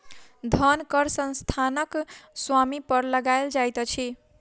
धन कर संस्थानक स्वामी पर लगायल जाइत अछि